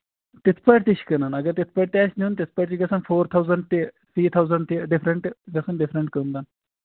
تِتھۍ پٲٹھۍ تہِ چھِ کٕنان اَگر تِتھۍ پٲٹھۍ تہِ آسہِ نیُن تِتھۍ پٲٹھۍ چھُ گژھان فور تھوزَنڈ تہِ تھرٛی تھوزَنڈ تہِ ڈِفرنَٹ گژھان ڈِفرنٹ